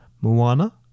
Moana